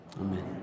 Amen